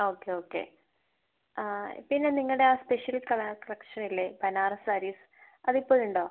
okay okay പിന്നെ നിങ്ങളുടെ ആ സ്പെഷ്യൽ കള കളക്ഷനില്ലേ ബനാറസ് സാരീസ് അതിപ്പോഴുമുണ്ടോ